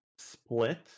split